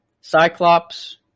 Cyclops